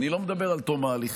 אני לא מדבר על עד תום ההליכים,